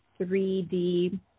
3D